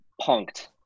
punked